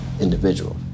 individual